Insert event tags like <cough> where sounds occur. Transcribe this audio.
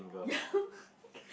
yeah <laughs> okay